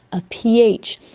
of ph.